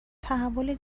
تحول